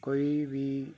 ਕੋਈ ਵੀ